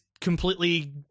completely